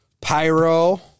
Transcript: Pyro